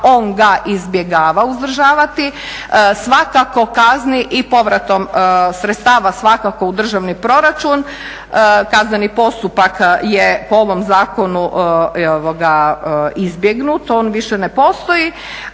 on ga izbjegava uzdržavati, svakako kazni i povratom sredstava svakako u državni proračun. Kazneni postupak je po ovom zakonu izbjegnut, on više ne postoji,